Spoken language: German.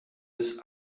bis